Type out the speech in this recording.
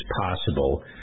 possible